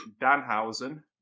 Danhausen